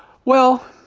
well,